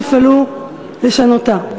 יפעלו לשנותה.